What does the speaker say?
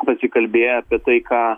pasikalbėję apie tai ką